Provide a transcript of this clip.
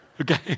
Okay